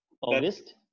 August